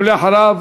ואחריו,